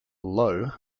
low